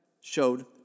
showed